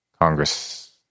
Congress